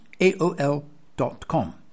Aol.com